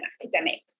academic